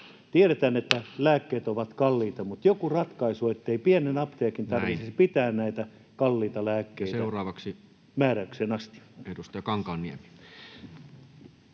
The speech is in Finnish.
Tiedetään, että lääkkeet ovat kalliita, mutta pitää olla joku ratkaisu, ettei pienen apteekin tarvitsisi pitää näitä kalliita lääkkeitä määräykseen asti.